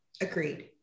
Agreed